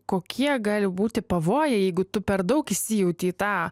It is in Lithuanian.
kokie gali būti pavojai jeigu tu per daug įsijauti į tą